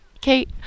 Kate